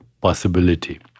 possibility